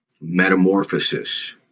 metamorphosis